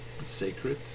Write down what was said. sacred